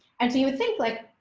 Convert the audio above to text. and so you would think, like,